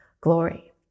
glory